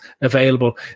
available